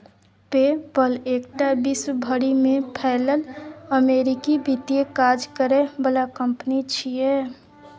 पे पल एकटा विश्व भरि में फैलल अमेरिकी वित्तीय काज करे बला कंपनी छिये